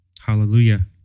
hallelujah